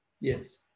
Yes